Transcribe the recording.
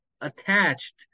attached